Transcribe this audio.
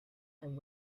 and